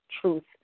truth